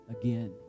again